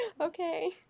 okay